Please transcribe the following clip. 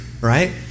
right